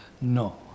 No